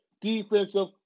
defensive